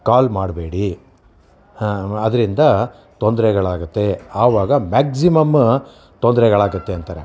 ಕಾಲ್ ಮಾಡಬೇಡಿ ಅದರಿಂದ ತೊಂದರೆಗಳಾಗುತ್ತೆ ಆವಾಗ ಮ್ಯಾಕ್ಸಿಮಮ್ಮ ತೊಂದರೆಗಳಾಗುತ್ತೆ ಅಂತಾರೆ